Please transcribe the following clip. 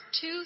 two